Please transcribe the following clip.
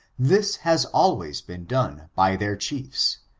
this has always been done by their diiefs.